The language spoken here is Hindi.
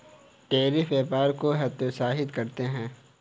टैरिफ व्यापार को हतोत्साहित करते हैं